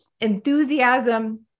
enthusiasm